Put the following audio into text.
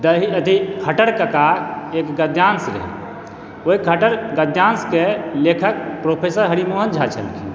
पहिल अथी खट्टर कका एक गद्यांश रहै ओहि गद्यांश के लेखक प्रोफेसर हरिमोहन झा छलखिन